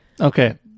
Okay